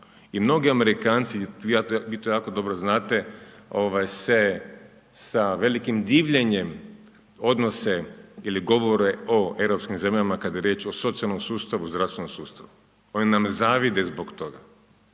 i mnogi Amerikaci, vi to jako dobro znate se sa velikim divljenjem odnose ili govore o europskim zemljama kad je riječ o socijalnom sustavu, zdravstvenom sustavu, oni nam zavide zbog toga,